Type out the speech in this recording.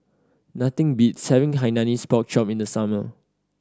nothing beats having Hainanese Pork Chop in the summer